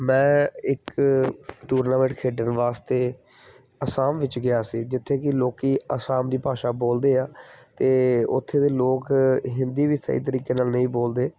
ਮੈਂ ਇੱਕ ਟੂਰਨਾਮੈਂਟ ਖੇਡਣ ਵਾਸਤੇ ਅਸਾਮ ਵਿੱਚ ਗਿਆ ਸੀ ਜਿੱਥੇ ਕਿ ਲੋਕ ਅਸਾਮ ਦੀ ਭਾਸ਼ਾ ਬੋਲਦੇ ਆ ਅਤੇ ਉੱਥੇ ਦੇ ਲੋਕ ਹਿੰਦੀ ਵੀ ਸਹੀ ਤਰੀਕੇ ਨਾਲ ਨਹੀਂ ਬੋਲਦੇ